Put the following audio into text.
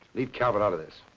leave calvert out of this.